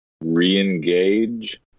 re-engage